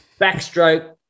backstroke